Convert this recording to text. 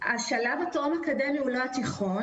השלב הטרום אקדמי הוא לא התיכון.